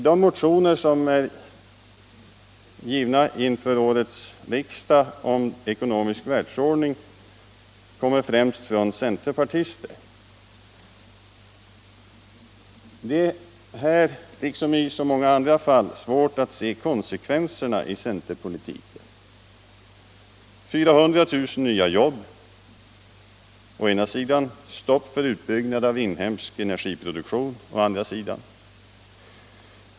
De motioner om ekonomisk världsordning som avgivits vid årets riksdag kommer främst från centerpartister. Det är här liksom i så många andra fall svårt att se konsekvensen i centerpolitiken. 400 000 nya jobb krävs å ena sidan, stopp för utbyggnad av inhemsk energiproduktion krävs å andra sidan.